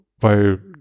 weil